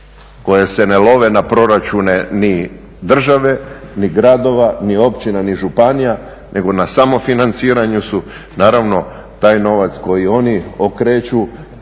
koje se ne love na proračune ni države, ni gradova, ni općina, ni županija nego na samofinanciranju su. Naravno taj novac koji oni okreću